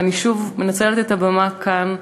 אני שוב מנצלת את הבימה פה: